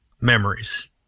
memories